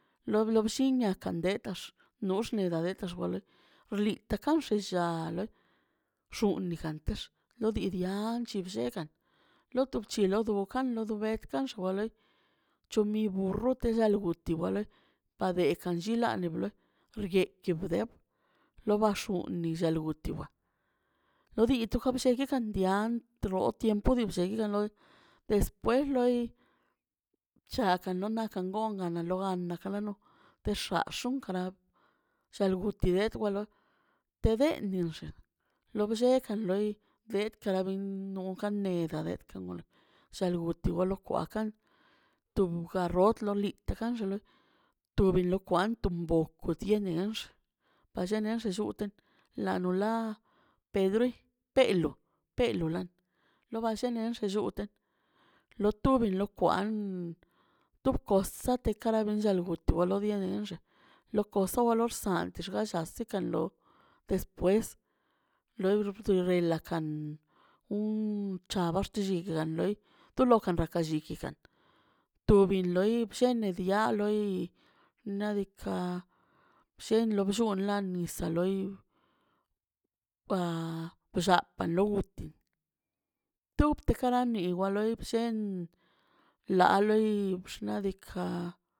Lo blol lliiniaꞌ kan de tax nox neda detx wale xḻita kan xilla le xuniganx lo di dianch bllegan lo tu bchii lo do kan lo do beg nka xoalə c̱humi burro tellal guti wale kade kan llila ni blue xye kibideb ḻoo baxuni lla butiguwa lo di toka blleke kan bian tro tiempo de blliaia no despues loi llakan no nakan gon gana lo gannaꞌ kana no bexaꞌ xon gala shalguti de walo te den nixa lo blle kan loi bet kara benꞌ non kaa ned kara bin shalbot tilo lo kwa kan to garrot lo li kan to xili kwan to bo kutienex bellen ne to nxute la lo la pedri pelu pelu la lo ba lle llon nxute lo tubi lo kwan to cosa te kara ben llara lgut nxe lo cosa o lo xsant xgasll kan lo despues lord relakan un chabax llikigan tobi loi blleni gai loi naꞌ diikaꞌ bllen bllon lo nisa loi a blla palonmit tub te karani walei blleni ḻa loi bxna deka.